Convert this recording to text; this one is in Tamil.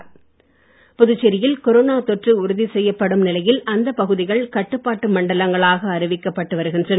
கட்டுப்பாட்டு மண்டலம் புதுச்சேரியில் கொரோனா தொற்று உறுதிசெய்யப்படும் நிலையில் அந்த பகுதிகள் கட்டுப்பாட்டு மண்டங்களாக அறிவிக்கப்பட்டு வருகின்றன